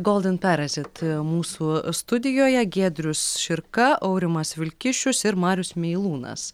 golden perazit mūsų studijoje giedrius širka aurimas vilkišius ir marius meilūnas